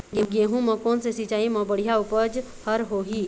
गेहूं म कोन से सिचाई म बड़िया उपज हर होही?